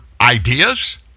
ideas